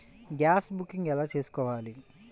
Gas booking ఎలా చేసుకోవాలి?